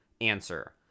Answer